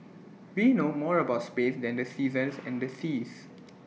we know more about space than the seasons and the seas